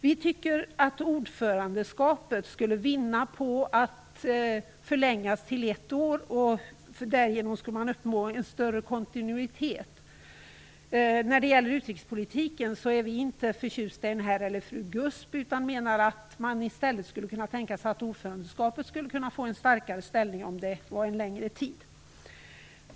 Vi tycker att ordförandeskapet skulle vinna på att förlängas till ett år. Därigenom skulle man uppnå en större kontinuitet. När det gäller utrikespolitiken är vi inte förtjusta i en herr eller fru GUSP, utan menar att man i stället kan tänka sig att ordförandeskapet skulle få en starkare ställning om tiden förlängdes.